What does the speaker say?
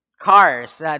cars